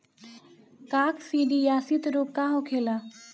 काकसिडियासित रोग का होखेला?